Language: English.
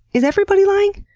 is everybody lying!